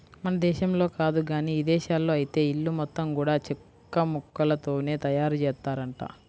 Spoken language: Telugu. మన దేశంలో కాదు గానీ ఇదేశాల్లో ఐతే ఇల్లు మొత్తం గూడా చెక్కముక్కలతోనే తయారుజేత్తారంట